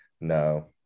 No